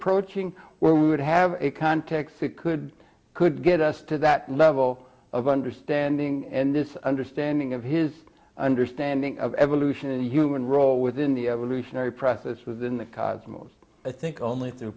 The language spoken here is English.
approaching where we would have a context that could could get us to that level of understanding and this understanding of his understanding of evolution and human role within the evolutionary process within the cosmos i think only through